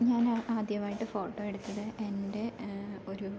ഞാന് ആദ്യമായിട്ട് ഫോട്ടോ എടുത്തത് എൻ്റെ ഒരു